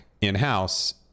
in-house